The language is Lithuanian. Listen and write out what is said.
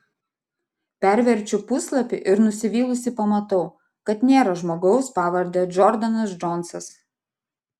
perverčiu puslapį ir nusivylusi pamatau kad nėra žmogaus pavarde džordanas džonsas